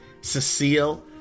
Cecile